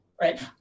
right